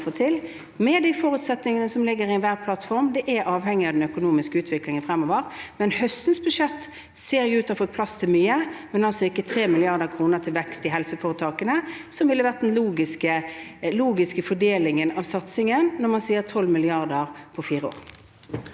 med de forutsetningene som ligger i enhver plattform, men det er avhengig av den økonomiske utviklingen fremover. Høstens budsjett ser jo ut til å ha fått plass til mye, men altså ikke 3 mrd. kr til vekst i helseforetakene, noe som ville vært den logiske fordelingen av satsingen når man sier 12 mrd. kr på fire år.